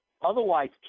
otherwise